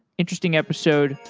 interesting episode,